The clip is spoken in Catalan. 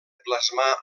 plasmar